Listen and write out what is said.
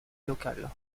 locale